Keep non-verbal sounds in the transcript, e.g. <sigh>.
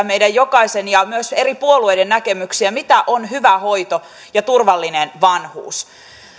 <unintelligible> meidän jokaisen ja myös eri puolueiden näkemyksiä siitä mitä on hyvä hoito ja turvallinen vanhuus